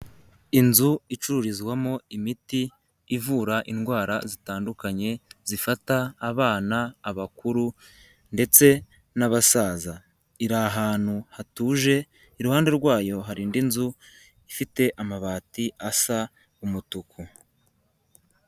Inzu icururizwamo imiti ivura indwara zitandukanye zifata abana abakuru ndetse n'abasaza. Iri ahantu hatuje iruhande rwayo hari indi nzu ifite amabati asa umutuku.